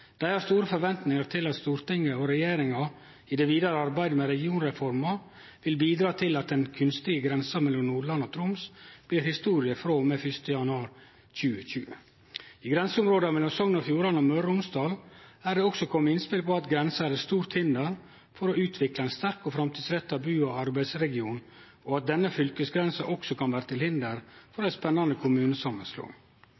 Dei har store forventningar til at Stortinget og regjeringa i det vidare arbeidet med regionreforma vil bidra til at den kunstige grensa mellom Nordland og Troms blir historie frå og med 1. januar 2020. I grenseområda mellom Sogn og Fjordane og Møre og Romsdal er det også kome innspel om at grensa er til stort hinder for å utvikle ein sterk og framtidsretta bu- og arbeidsregion, og at denne fylkesgrensa også kan vere til hinder